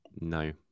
No